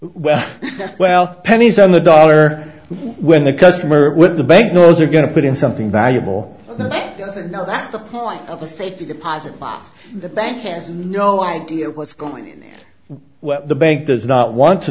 well well pennies on the dollar when the customer with the bank knows you're going to put in something valuable now that's the point of a safety deposit box the bank has no idea what's going on what the bank does not want to